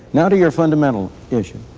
now to your fundamental issue.